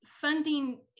funding